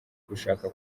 gushaka